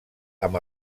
amb